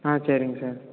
ஆ சரிங் சார்